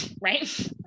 right